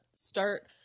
start